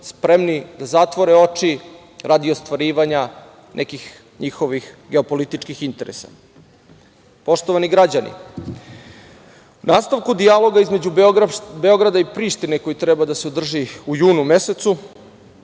spremni da zatvore oči radi ostvarivanja nekih njihovih geopolitičkih interesa. Poštovani građani, nastavku dijaloga između Beograda i Prištine, koji treba da se održi u junu mesecu,